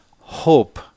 hope